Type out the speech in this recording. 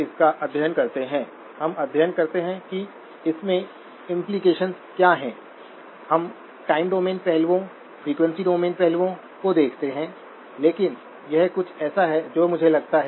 इसी प्रकार जब कुल ड्रेन करंट शून्य हो जाती है तो यह कट ऑफ में चला जाता है